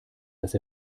dass